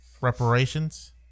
Reparations